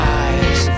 eyes